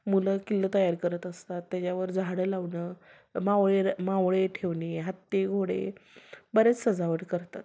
मुलं किल्ले तयार करत असतात त्याच्यावर झाडं लावणं मावळे मावळे ठेवणे हत्ती घोडे बरेच सजावट करतात